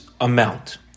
amount